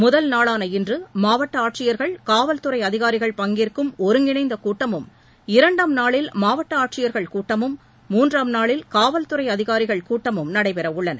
முதல் நாளான இன்று மாவட்ட ஆட்சியா்கள் காவல்துறை அதிகாரிகள் பங்கேற்கும் ஒருங்கிணைந்த கூட்டமும் இரண்டாம் நாளில் மாவட்ட ஆட்சியர்கள் கூட்டமும் மூன்றாம் நாளில் காவல்துறை அதிகாரிகள் கூட்டமும் நடைபெற உள்ளன